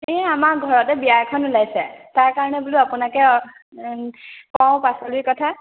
এই আমাৰ ঘৰতে বিয়া এখন ওলাইছে তাৰ কাৰণে বোলো আপোনাকে কওঁ পাচলিৰ কথা